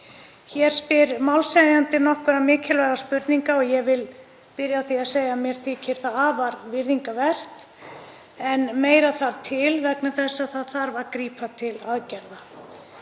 Hér spyr málshefjandi nokkurra mikilvægra spurninga og ég vil byrja á því að segja að mér þykir það afar virðingarvert, en meira þarf til vegna þess að það þarf að grípa til aðgerða.